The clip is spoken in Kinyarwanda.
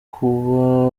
kuba